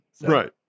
Right